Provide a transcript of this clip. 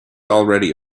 already